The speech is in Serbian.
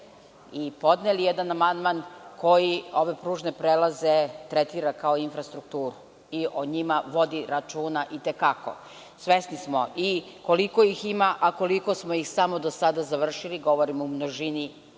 i podneli jedan amandman koji ove pružne prelaze tretira kao infrastrukturu i o njima vodi računa i te kako. Svesni smo koliko ih ima, a koliko smo ih samo do sada završili, govorim u množini